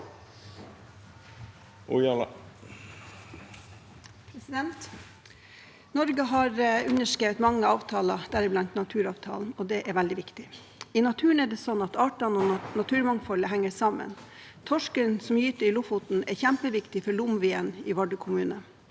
Norge har underskre- vet mange avtaler, deriblant naturavtalen, og det er veldig viktig. I naturen er det sånn at artene og naturmangfoldet henger sammen. Torsken som gyter i Lofoten, er kjempeviktig for lomvien på Hornøya i Vardø kommune.